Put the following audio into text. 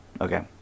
Okay